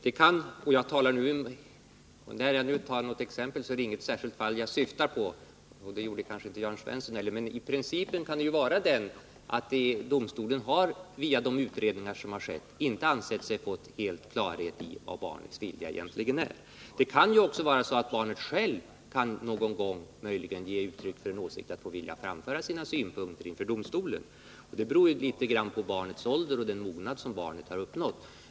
Vid exemplifieringen syftade jag inte på något särskilt fall— och det gjorde kanske inte heller Jörn Svensson —, men principen kan ju vara den att domstolen, efter de utredningar som har skett, inte anser sig ha fått full klarhet om barnets vilja. Det kan ju också vara så, att barnet självt någon gång vill framföra sina åsikter inför domstolen. Detta beror litet grand på barnets ålder och på den mognad som det har uppnått.